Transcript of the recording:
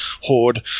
horde